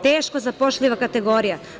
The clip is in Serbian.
To je teško zapošljiva kategorija.